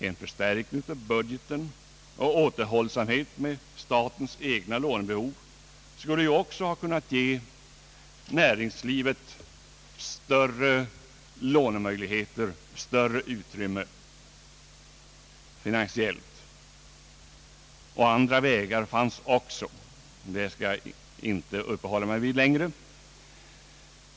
En förstärkning av budgeten och återhållsamhet med statens egna lånebehov skulle ju också ha kunnat ge näringslivet större lånemöjligheter och större finansiellt utrymme. Andra vägar fanns också — men det skall jag inte uppehålla mig vid längre.